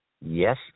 yes